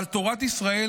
אבל תורת ישראל